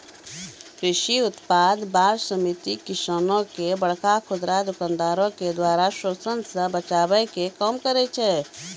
कृषि उत्पाद बार समिति किसानो के बड़का खुदरा दुकानदारो के द्वारा शोषन से बचाबै के काम करै छै